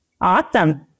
Awesome